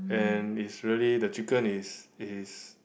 and it's really the chicken is is